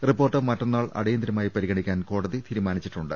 report മറ്റ ന്നാൾ അടിയന്തരമായി പരിഗണിക്കാൻ കോടതി തീരുമാനിച്ചിട്ടു ണ്ട്